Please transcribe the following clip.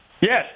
Yes